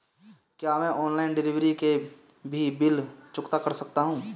क्या मैं online delivery के भी बिल चुकता कर सकता हूँ?